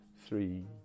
Three